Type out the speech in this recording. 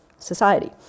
society